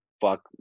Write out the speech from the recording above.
fuck